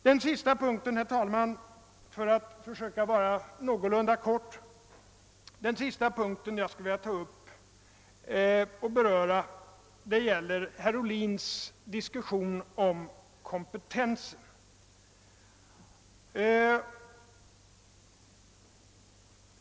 Jag vill, herr talman, för att försöka bli någorlunda kortfattad såsom sista punkt beröra herr Ohlins diskussion om kompetensen.